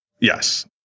Yes